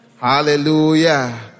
Hallelujah